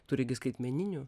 turi gi skaitmeninių